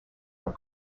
were